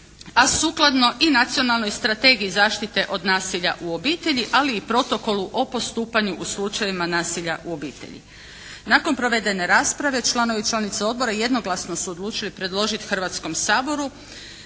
a sukladno i Nacionalnoj strategiji zaštite od nasilja u obitelji ali i Protokolu o postupanju u slučajevima nasilja u obitelji. Nakon provedene rasprave članovi i članice odbora jednoglasno su predložiti Hrvatskom saboru